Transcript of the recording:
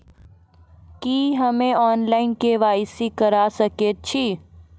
की हम्मे online, KYC करा सकैत छी?